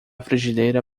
frigideira